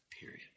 period